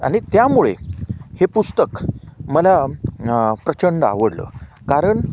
आणि त्यामुळे हे पुस्तक मला प्रचंड आवडलं कारण